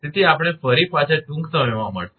તેથી આપણે ફરી પાછા ટૂંક સમયમાં મળીશું